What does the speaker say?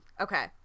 Okay